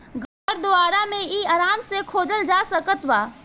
घर दुआर मे इ आराम से खोजल जा सकत बा